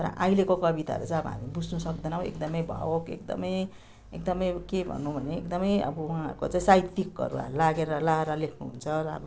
तर अहिलेको कविताहरू चाहिँ अब हामी बुझ्नु सक्दैनौँ एकदमै भावुक एकदमै एकदमै अब के भन्नु भने एकदमै अब उहाँहरूको चाहिँ साहित्यिकहरू लागेर लगाएर लेख्नुहुन्छ र अब